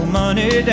money